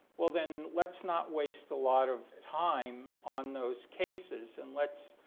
well then let's not waste a lot of time on those cases and let's